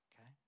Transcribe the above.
okay